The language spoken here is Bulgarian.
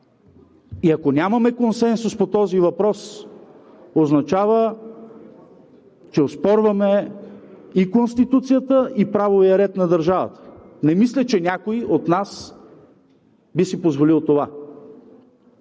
И ако нямаме консенсус по този въпрос, означава, че оспорваме и Конституцията, и правовия ред на държавата. Не мисля, че някой от нас би си позволил това.